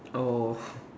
oh